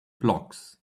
blocks